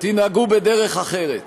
תנהגו בדרך אחרת.